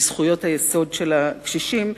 בזכויות היסוד של הקשישים,